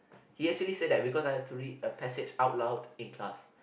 he actually said that because I had to read a passage out loud in class